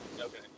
Okay